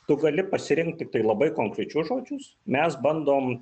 tu gali pasirinkt tiktai labai konkrečius žodžius mes bandom